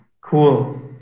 Cool